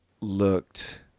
looked